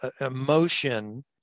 emotion